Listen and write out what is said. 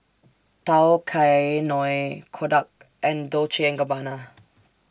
Tao Kae Noi Kodak and Dolce and Gabbana